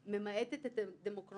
עצמו למקרה